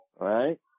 right